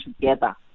together